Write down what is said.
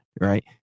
right